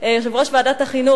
יושב-ראש ועדת החינוך,